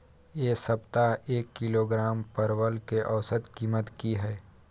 ऐ सप्ताह एक किलोग्राम परवल के औसत कीमत कि हय?